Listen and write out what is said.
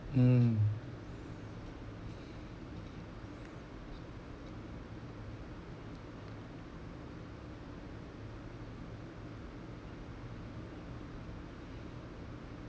mm